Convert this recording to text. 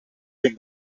been